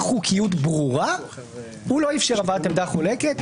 חוקיות ברורה הוא לא אפשר הבאת עמדה חולקת,